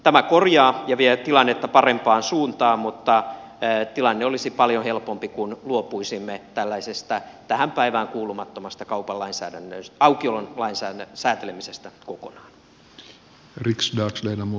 tämä korjaa ja vie tilannetta parempaan suuntaan mutta tilanne olisi paljon helpompi kun luopuisimme tällaisesta tähän päivään kuulumattomasta kaupan aukiolon säätelemisestä kokonaan